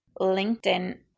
LinkedIn